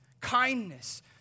kindness